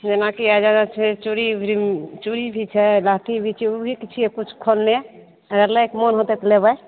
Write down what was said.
जेनाकि अगर फेर चूड़ी भी चूड़ी भी छै लहठी भी चूड़ीके छियै किछु खोलने अगर लैक मोन होतै तऽ लेबै